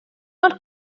not